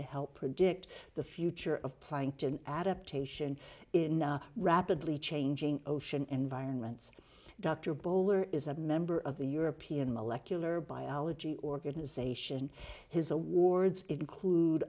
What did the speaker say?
to help predict the future of plankton adaptation in a rapidly changing ocean and vironment dr bowler is a member of the european molecular biology organisation his awards include